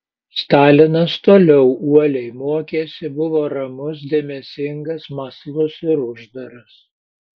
stalinas toliau uoliai mokėsi buvo ramus dėmesingas mąslus ir uždaras